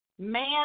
Man